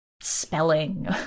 spelling